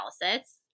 analysis